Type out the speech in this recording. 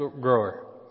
grower